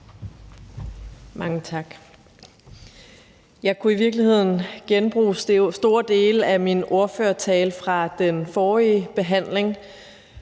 Mange tak. Jeg kunne i virkeligheden genbruge store dele af min ordførertale fra den forrige behandling,